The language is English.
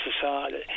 society